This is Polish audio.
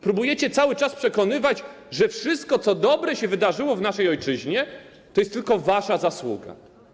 Próbujecie cały czas przekonywać, że wszystko, co dobrego wydarzyło się w naszej ojczyźnie, to jest tylko wasza zasługa.